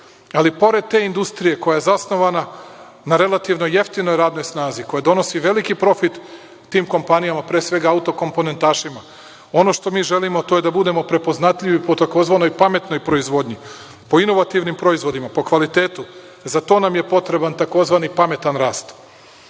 pored te industrije koja je zasnovana na relativno jeftinoj radnoj snazi, koja donosi veliki profit tim kompanijama, a pre svega autokomponentašima, ono što mi želimo, to je da budemo prepoznatljivi po tzv. pametnoj proizvodnji, po inovativnim proizvodima, po kvalitetu. Za to nam je potreban tzv. pametan